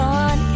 on